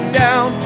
down